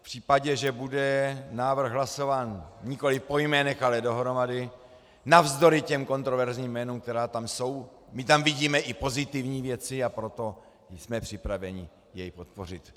V případě, že bude návrh hlasován nikoliv po jménech, ale dohromady, navzdory těm kontroverzním jménům, která tam jsou, tam vidíme i pozitivní věci, a proto jsme připraveni jej podpořit.